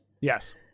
yes